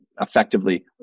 effectively